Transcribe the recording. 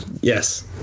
Yes